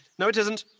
no it isn't!